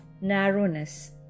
narrowness